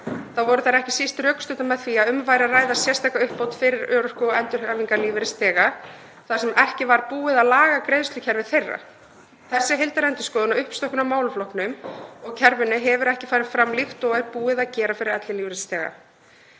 voru þær ekki síst rökstuddar með því að um væri að ræða sérstaka uppbót fyrir örorku- og endurhæfingarlífeyrisþega, þar sem ekki var búið að laga greiðslukerfi þeirra. Þessi heildarendurskoðun og uppstokkun á málaflokknum og kerfinu hefur ekki farið fram líkt og er búið að gera fyrir ellilífeyrisþega.